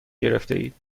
گرفتهاید